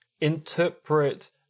interpret